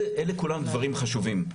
אלה כולם דברים חשובים,